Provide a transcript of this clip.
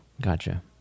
Gotcha